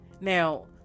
Now